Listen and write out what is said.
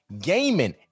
gaming